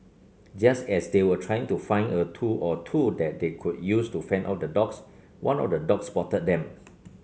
just as they were trying to find a tool or two that they could use to fend off the dogs one of the dogs spotted them